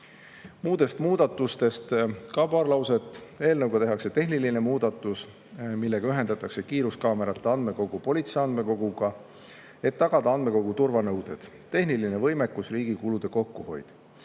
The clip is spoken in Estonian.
Muudest muudatustest ka paar lauset. Eelnõu kohaselt tehakse tehniline muudatus, millega ühendatakse kiiruskaamerate andmekogu politsei andmekoguga, et tagada andmekogu turvanõuded, tehniline võimekus ja riigi kulude kokkuhoid.